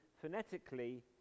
phonetically